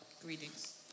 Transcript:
Greetings